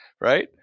right